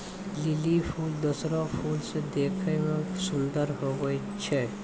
lily फूल दोसरो फूल से देखै मे सुन्दर हुवै छै